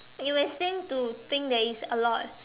you may seem to think that it's a lot